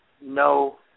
no